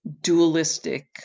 dualistic